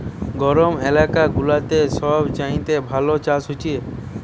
গরম এলাকা গুলাতে সব চাইতে ভালো চাষ হচ্ছে